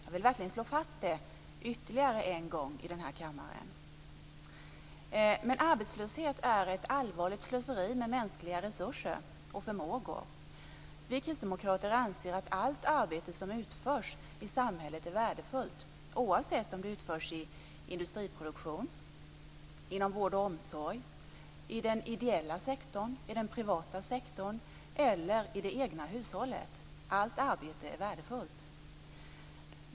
Jag vill slå fast det ytterligare en gång i denna kammare. Men arbetslöshet är ett allvarligt slöseri med mänskliga resurser och förmågor. Vi kristdemokrater anser att allt arbete som utförs i samhället är värdefullt, oavsett om det utförs i industiproduktion, inom vård och omsorg, i den privata eller den ideella sektorn eller i det egna hushållet. Allt arbete är värdefullt.